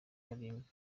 barindwi